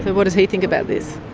what does he think about this?